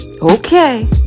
okay